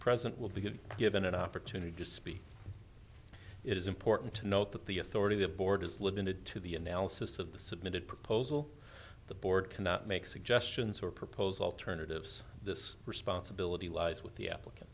present will be good given an opportunity to speak it is important to note that the authority the board is live in it to the analysis of the submitted proposal the board cannot make suggestions or propose alternatives this responsibility lies with the applicant